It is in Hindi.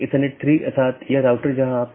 इसलिए उन्हें सीधे जुड़े होने की आवश्यकता नहीं है